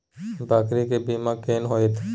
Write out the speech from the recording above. बकरी के बीमा केना होइते?